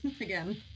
again